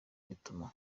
rituma